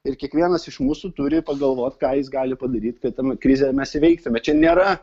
ir kiekvienas iš mūsų turi pagalvot ką jis gali padaryt kad tą krizę mes įveiktume čia nėra